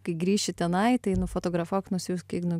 kai grįši tenai tai nufotografuok nusiųsk ignui